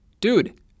dude